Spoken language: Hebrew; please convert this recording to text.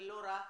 ולא רק,